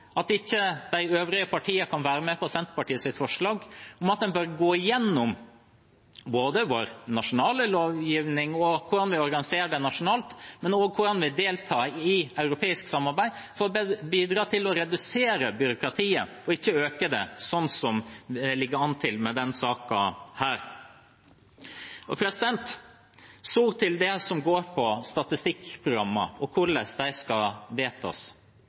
at ikke de øvrige partiene kan være med på Senterpartiets forslag om at en bør gå igjennom både vår nasjonale lovgivning og hvordan vi organiserer det nasjonalt, og også hvordan vi deltar i et europeisk samarbeid for å bidra til å redusere byråkratiet og ikke øke det, sånn som det ligger an til med denne saken her. Så til det som går på statistikkprogrammene og hvordan de skal vedtas: